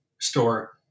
store